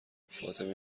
فاطمه